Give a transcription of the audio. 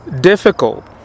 difficult